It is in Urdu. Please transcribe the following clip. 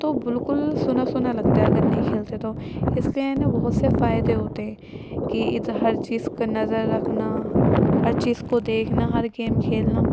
تو بالکل سونا سونا لگتا ہے اگر نہیں کھیلتے تو اس لیے ہے نا بہت سے فائدے ہوتے ہیں کہ ہر چیز کا نظر رکھنا ہر چیز کو دیکھنا ہر گیم کھیلنا